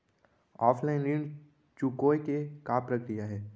Offline ऋण चुकोय के का प्रक्रिया हे?